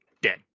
dead